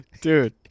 Dude